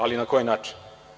Ali, na koji način?